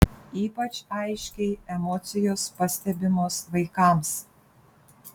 ypač aiškiai emocijos pastebimos vaikams